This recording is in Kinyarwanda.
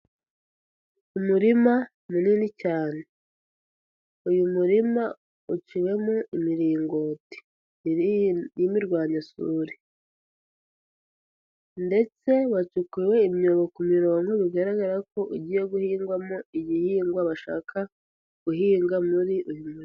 Umurima munini cyane, uyu murima uciwemo imiringoti, n'imirwanyasuri, ndetse wacukuwe imyobo bigaragara ko ugiye guhingwamo igihingwa bashaka guhinga muri uyu murima.